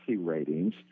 ratings